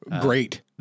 Great